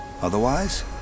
Otherwise